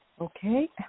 Okay